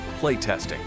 playtesting